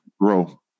grow